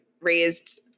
raised